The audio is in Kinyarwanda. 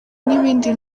n’ibindi